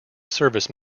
service